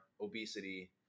obesity